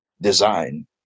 design